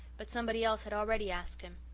but somebody else had already asked him.